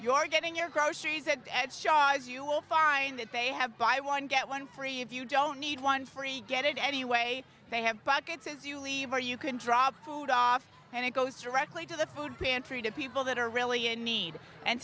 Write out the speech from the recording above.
are getting your groceries at the edge shards you will find that they have buy one get one free if you don't need one free get it any way they have buckets as you leave or you can drop food off and it goes directly to the food pantry to people that are really in need and